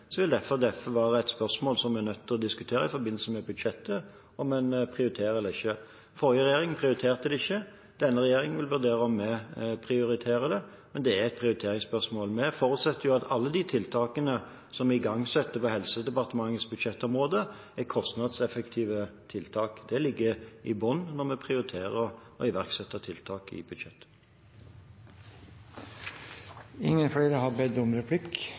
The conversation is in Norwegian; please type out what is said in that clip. vil dette derfor være et spørsmål som en er nødt til å diskutere i forbindelse med budsjettet – om en prioriterer det eller ikke. Forrige regjering prioriterte det ikke. Denne regjeringen vil vurdere om vi skal prioritere det, men det er altså et prioriteringsspørsmål. Vi forutsetter at alle de tiltakene som er igangsatt på Helse- og omsorgsdepartementets budsjettområde, er kostnadseffektive tiltak. Det ligger i bunnen når vi prioriterer å iverksette tiltak i budsjettet. Replikkordskiftet er over. Flere har ikke bedt om